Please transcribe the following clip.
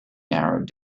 narrowed